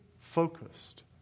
focused